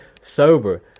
sober